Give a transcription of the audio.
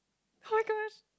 oh-my-gosh